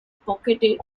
pocketed